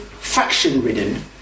faction-ridden